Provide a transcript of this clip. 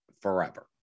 forever